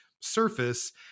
surface